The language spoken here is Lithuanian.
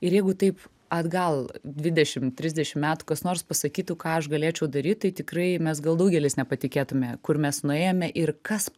ir jeigu taip atgal dvidešimt trisdešimt metų kas nors pasakytų ką aš galėčiau daryt tai tikrai mes gal daugelis nepatikėtume kur mes nuėjome ir kas